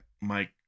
Mike